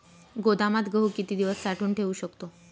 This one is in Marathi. गोदामात गहू किती दिवस साठवून ठेवू शकतो?